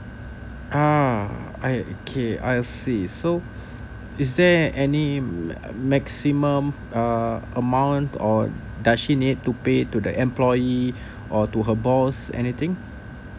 uh okay I see so is there any max~ maximum uh amount or does she need to pay to the employee or to her boss anything